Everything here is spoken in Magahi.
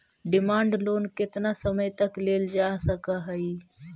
डिमांड लोन केतना समय तक लेल जा सकऽ हई